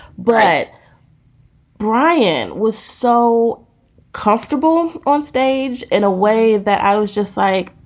but bryan was so comfortable onstage in a way that i was just like,